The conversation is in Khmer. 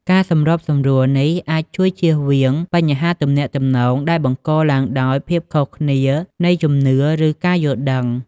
ការសម្របសម្រួលនេះអាចជួយជៀសវាងបញ្ហាទំនាក់ទំនងដែលបង្កឡើងដោយភាពខុសគ្នានៃជំនឿ ឬការយល់ដឹង។